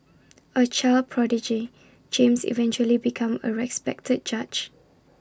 A child prodigy James eventually become A respected judge